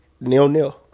Nil-nil